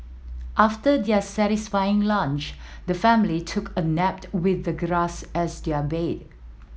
after their satisfying lunch the family took a nap with the grass as their bed